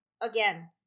again